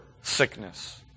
sickness